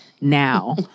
Now